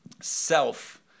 self